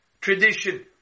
tradition